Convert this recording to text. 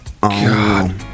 God